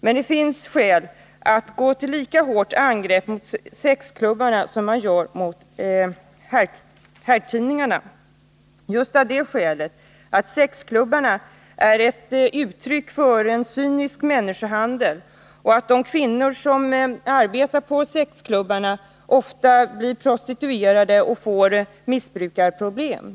Men det finns skäl att gå till lika hårt angrepp mot sexklubbarna som man gör mot herrtidningarna just av det skälet att det på sexklubbarna bedrivs en cynisk människohandel och att de kvinnor som arbetar på sexklubbarna ofta blir prostituerade och får missbrukarproblem.